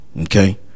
okay